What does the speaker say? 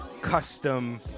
custom